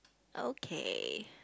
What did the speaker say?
okay